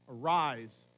Arise